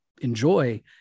enjoy